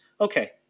Okay